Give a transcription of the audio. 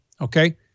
okay